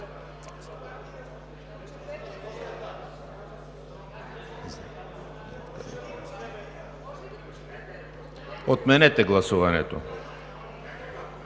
отменете гласуването.